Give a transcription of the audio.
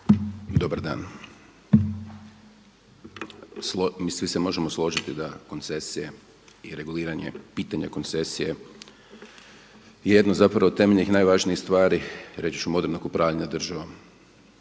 Dobar dan. Mi svi se možemo složiti da koncesija i reguliranje pitanja koncesije je jedno od temeljnih i najvažnijih stvari reći ću modernog upravljanja državom.